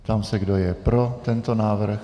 Ptám se, kdo je pro tento návrh.